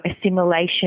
assimilation